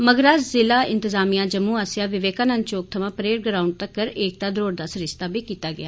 मगरा जिला इंतजामिया जम्मू आसेआ विवेकानंद चौक थमां परेड ग्राउंड तगर एकता द्रौड़ दा सरिस्ता बी कीता गेआ